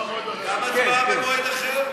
עבדאללה, הצבעה במועד אחר.